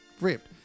ripped